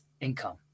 income